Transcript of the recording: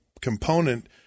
component